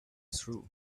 through